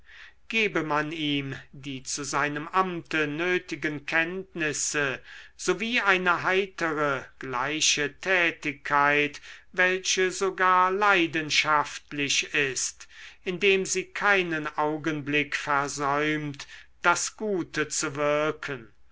gebe man ihm die zu seinem amte nötigen kenntnisse sowie eine heitere gleiche tätigkeit welche sogar leidenschaftlich ist indem sie keinen augenblick versäumt das gute zu wirken